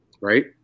right